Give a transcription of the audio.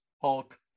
Hulk